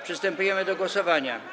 Przystępujemy do głosowania.